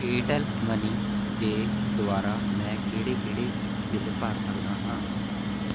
Airtel money ਦੇ ਦੁਆਰਾ ਮੈਂ ਕਿਹੜੇ ਕਿਹੜੇ ਬਿੱਲ ਭਰ ਸਕਦਾ ਹਾਂ